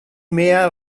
mehr